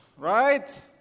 Right